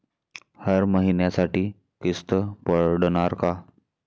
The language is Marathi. हर महिन्यासाठी किस्त पडनार का?